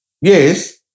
Yes